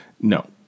No